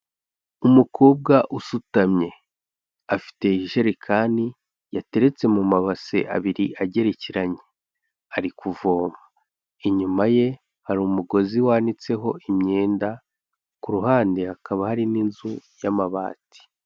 Umukobwa usutamye afite ijerekani yateretse mu mabase abiri agerekeranye ari kuvoma inyuma ye hari umugozi wanitseho imyenda kuruhande hakaba hari n'inzu y'amabati.